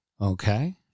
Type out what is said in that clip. Okay